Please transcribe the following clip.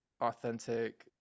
authentic